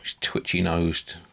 twitchy-nosed